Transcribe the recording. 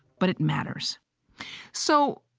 but it matters so.